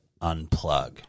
unplug